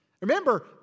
Remember